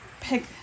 pick